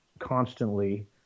constantly